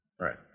Right